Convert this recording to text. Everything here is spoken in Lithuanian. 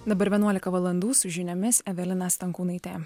dabar vienuolika valandų su žiniomis evelina stankūnaitė